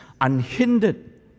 unhindered